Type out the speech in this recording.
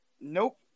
nope